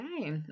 Okay